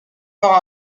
marins